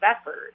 effort